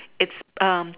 it's um